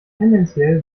tendenziell